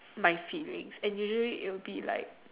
my feelings and usually it will be like